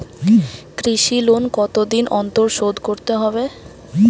কৃষি লোন কতদিন অন্তর শোধ করতে হবে?